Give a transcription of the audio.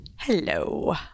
Hello